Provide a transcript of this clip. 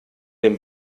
den